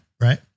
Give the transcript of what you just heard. Right